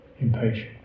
Impatient